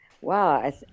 Wow